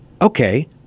Okay